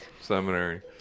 Seminary